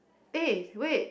eh wait